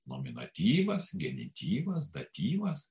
nominatyvas genityvas datyvas